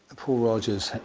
paul rodgers'